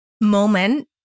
moment